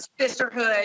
sisterhood